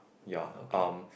ya um